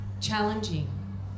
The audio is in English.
challenging